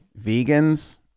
Vegans